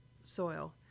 soil